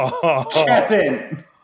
Kevin